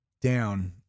down